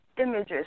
images